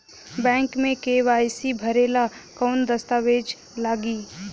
Bank मे K Y C भरेला कवन दस्ता वेज लागी?